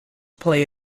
play